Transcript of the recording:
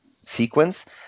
sequence